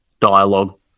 dialogue